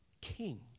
king